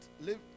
live